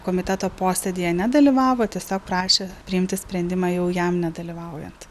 komiteto posėdyje nedalyvavo tiesiog prašė priimti sprendimą jau jam nedalyvaujant